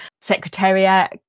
secretariat